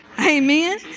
Amen